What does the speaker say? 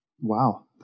Wow